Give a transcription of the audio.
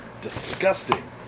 Disgusting